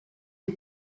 des